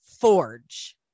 forge